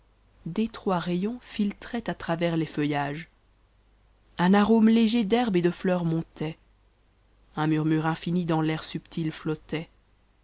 d'étroits rayons filtraient à travers les tèumtages un arome léger d'herbe et de cours montait un murmure inûni dans l'air subtil mettait